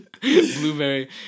blueberry